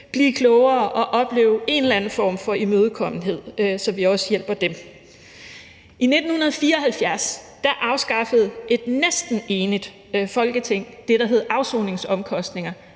blive klogere og opleve en eller anden form for imødekommenhed, så vi også hjælper dem? I 1974 afskaffede et næsten enigt Folketing det, der hed afsoningsomkostninger.